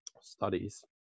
studies